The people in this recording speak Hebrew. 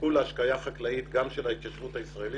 ויסופקו להשקיה חקלאית גם של ההתיישבות הישראלית